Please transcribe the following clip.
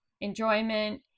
enjoyment